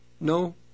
No